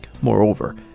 Moreover